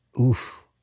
Oof